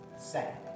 Second